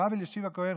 הרב אלישיב הכהן,